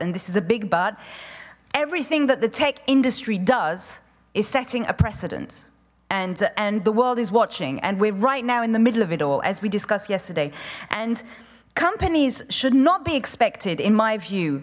and this is a big but everything that the tech industry does is setting a precedent and and the world is watching and we're right now in the middle of it all as we discussed yesterday and companies should not be expected in my view